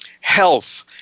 health